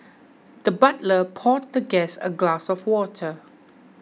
the butler poured the guest a glass of water